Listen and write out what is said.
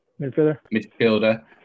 midfielder